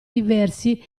diversi